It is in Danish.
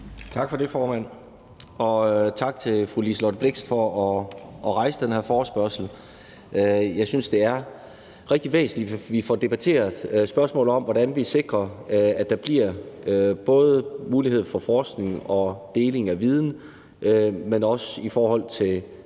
Tak for det, formand, og tak til fru Liselott Blixt for at stille den her forespørgsel. Jeg synes, det er rigtig væsentligt, at vi får debatteret spørgsmålet om, hvordan vi sikrer, at der bliver mulighed for forskning og deling af viden, men også kontrol,